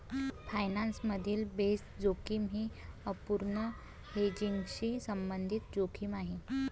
finance मधील base जोखीम ही अपूर्ण हेजिंगशी संबंधित जोखीम आहे